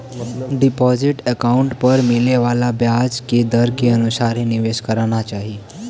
deposit account पर मिले वाले ब्याज दर के अनुसार ही निवेश करना चाही